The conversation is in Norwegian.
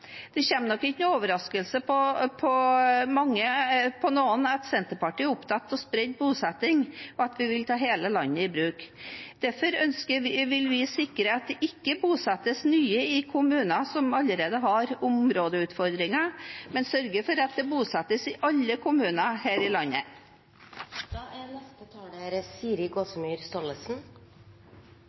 nok ikke som noen overraskelse på noen at Senterpartiet er opptatt av spredt bosetting, og at vi vil ta hele landet i bruk. Derfor vil vi sikre at det ikke bosettes nye i kommuner som allerede har områdeutfordringer, men sørge for at det bosettes i alle kommuner her i